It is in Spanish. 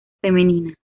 femenina